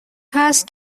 هست